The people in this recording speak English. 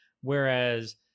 whereas